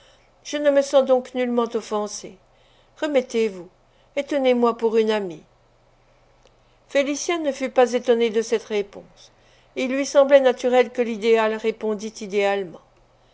je ne me sens donc nullement offensée remettez-vous et tenez moi pour une amie félicien ne fut pas étonné de cette réponse il lui semblait naturel que l'idéal répondît idéalement